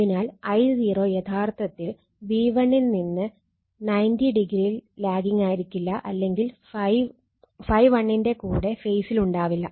അതിനാൽ I0 യഥാർത്ഥത്തിൽ V1 ൽ നിന്ന് 90o ലാഗിങ്ങായിരിക്കില്ല അല്ലെങ്കിൽ ∅1 ൻറെ കൂടെ ഫേസിലുണ്ടാവില്ല